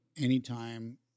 anytime